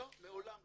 לא, מעולם לא.